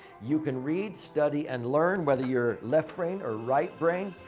you can read study and learn whether your left brain or right brain.